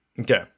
Okay